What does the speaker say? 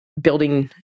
building